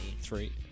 Three